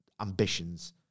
ambitions